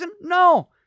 No